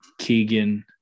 Keegan